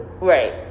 Right